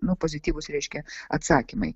nu pozityvūs reiškia atsakymai